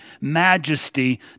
majesty